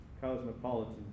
cosmopolitan